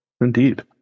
Indeed